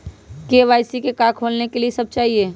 KYC का का खोलने के लिए कि सब चाहिए?